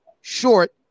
short